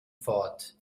fort